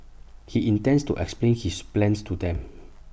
he intends to explain his plans to them